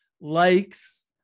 likes